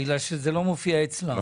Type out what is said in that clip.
בגלל שזה לא מופיע אצלם.